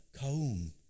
Kaum